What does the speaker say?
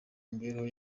imibereho